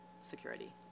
security